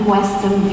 Western